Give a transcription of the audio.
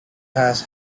has